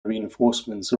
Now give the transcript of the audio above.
reinforcements